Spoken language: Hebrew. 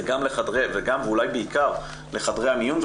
זה גם ואולי בעיקר לחדרי המיון,